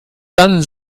dann